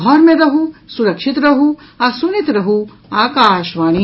घर मे रहू सुरक्षित रहू आ सुनैत रहू आकाशवाणी